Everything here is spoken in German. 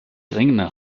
dringender